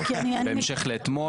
בהמשך לאתמול,